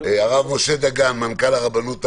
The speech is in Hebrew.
הרב משה דגן, מנכ"ל הרבנות הראשית.